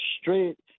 straight